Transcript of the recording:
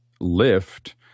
lift